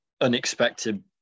unexpected